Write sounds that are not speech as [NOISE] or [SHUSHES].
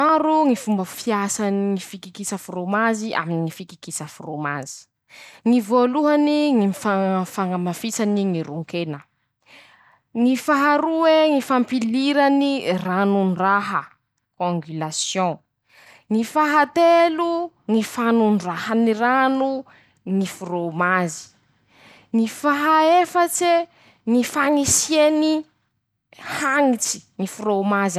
Maro ñy fomba fiasany ñy fikikisa fromazy aminy ñy fikikisa fromazy: -ñy voalohany ñy mifa fañamafisany ñy ron-kena. [SHUSHES] ñy faharoe ñy fampilirany ranon-draha congulation. [SHUSHES] ñy fahatelo ñy fanondrahany rano ñy fromazy. [SHUSHES] ñy faha efatse. ñy fañisiany hañitsy ñy fromazy.